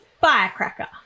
firecracker